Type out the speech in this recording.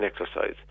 exercise